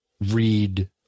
read